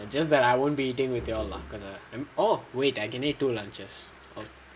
it's just that I won't be eating with you all lah or wait I can eat two lunches